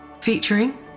Featuring